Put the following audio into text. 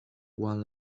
one